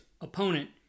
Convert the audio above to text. opponent